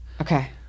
Okay